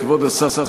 כבוד השר,